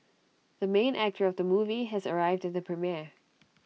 the main actor of the movie has arrived at the premiere